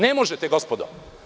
Ne možete, gospodo.